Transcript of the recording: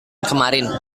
kemarin